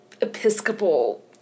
Episcopal